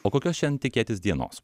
o kokios šiandien tikėtis dienos